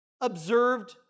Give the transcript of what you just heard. observed